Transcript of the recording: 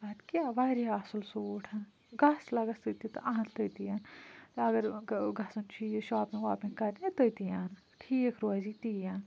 اَدٕ کیٛاہ واریاہ اَصٕل سوٗٹھَن گژھ لَگَس ژٕتہِ تہِ اَن تٔتیٖیَن اگر گَژھُن چھُ یہِ شاپِنٛگ واپِنٛگ کَرنہِ تٔتی اَن ٹھیٖک روزی تی اَن